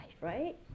right